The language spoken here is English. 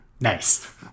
Nice